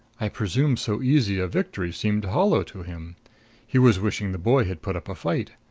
i presume so easy a victory seemed hollow to him he was wishing the boy had put up a fight.